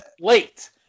late